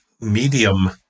medium